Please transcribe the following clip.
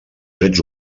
drets